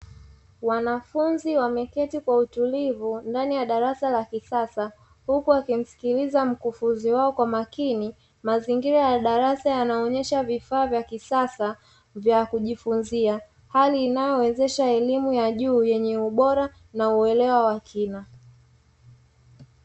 Wanafunzi wameketi kwa utulivu ndani ya darasa la kisasa huku akimsikiliza mkufunzi wao kwa makini, mazingira ya darasa yanaonyesha vifaa vya kisasa vya kujifunzia, hali inayowezesha elimu ya juu yenye ubora na uelewa wa kina.